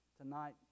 tonight